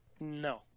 No